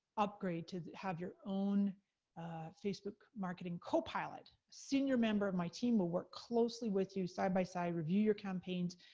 upgrade to have your own facebook marketing co-pilot, senior member of my team will work closely with you, side-by-side, review your campaigns,